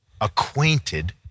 acquainted